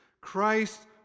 Christ